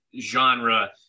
genre